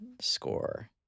score